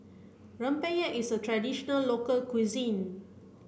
Rempeyek is a traditional local cuisine